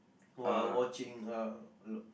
while watching uh